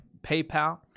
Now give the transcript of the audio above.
PayPal